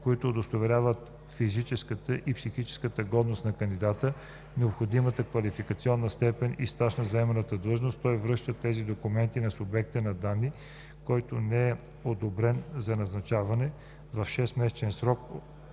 които удостоверяват физическа и психическа годност на кандидата, необходимата квалификационна степен и стаж за заеманата длъжност, той връща тези документи на субекта на данни, който не е одобрен за назначаване, в 6-месечен срок